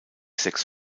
sechs